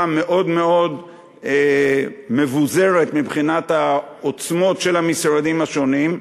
מאוד מאוד מבוזרת מבחינת העוצמות של המשרדים השונים,